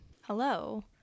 Hello